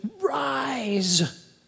rise